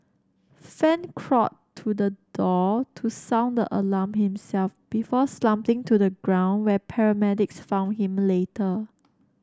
fan crawled to the door to sound the alarm himself before slumping to the ground where paramedics found him later